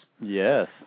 Yes